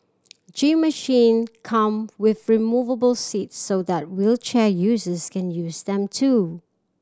gym machine come with removable seats so that wheelchair users can use them too